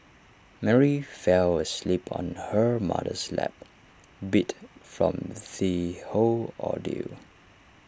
Mary fell asleep on her mother's lap beat from the whole ordeal